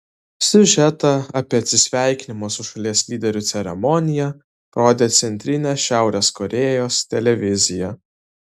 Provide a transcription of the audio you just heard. siužetą apie atsisveikinimo su šalies lyderiu ceremoniją parodė centrinė šiaurės korėjos televizija